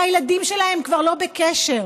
שהילדים שלהם כבר לא בקשר,